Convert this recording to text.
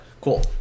Cool